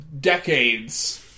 decades